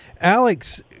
Alex